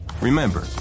Remember